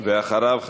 ואחריו,